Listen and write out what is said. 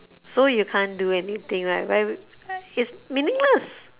so you can't do anything right it's meaningless